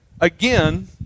again